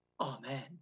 Amen